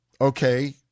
okay